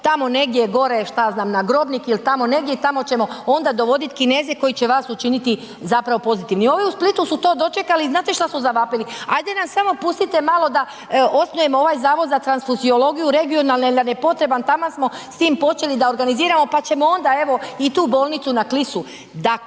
tamo negdje gore, šta ja znam, na Grobnik ili tamo negdje i tamo ćemo onda dovoditi Kineze koji će vas učiniti zapravo pozitivnim. Ovi u Splitu su to dočekali i znate što su zavapili? Hajde nam samo pustite malo da osnujemo ovaj Zavod za transfuziologiju regionalni jer je potreban, taman smo s tim počeli da organiziramo pa ćemo onda evo, i tu bolnicu na Klisu.